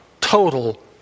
total